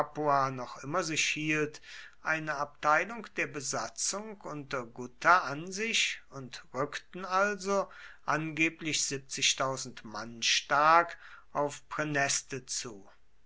noch immer sich hielt eine abteilung der besatzung unter gutta an sich und rückten also angeblich mann stark auf praeneste zu